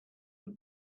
had